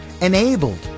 Enabled